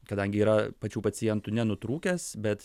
kadangi yra pačių pacientų nenutrūkęs bet